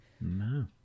No